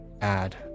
add